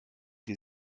die